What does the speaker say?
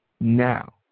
now